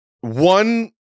one